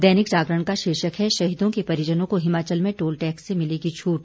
दैनिक जागरण का शीर्षक है शहीदों के परिजनों को हिमाचल में टोल टैक्स से मिलेगी छूट